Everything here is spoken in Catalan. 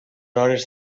hores